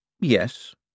Yes